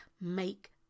make